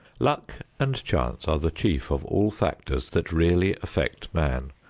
luck and chance are the chief of all factors that really affect man.